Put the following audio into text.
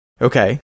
okay